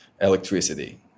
electricity